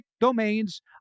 domains